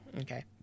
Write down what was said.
okay